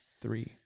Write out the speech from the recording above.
three